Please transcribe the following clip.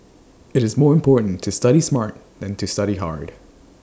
IT is more important to study smart than to study hard